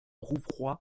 rouvroy